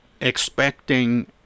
expecting